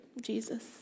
Jesus